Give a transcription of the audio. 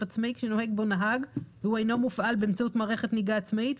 עצמאי כשנוהג בו נהג והוא אינו מופעל באמצעות מערכת נהיגה עצמאית,